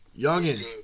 Youngin